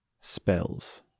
spells